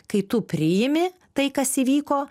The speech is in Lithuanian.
kai tu priimi tai kas įvyko